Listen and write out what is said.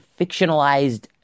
fictionalized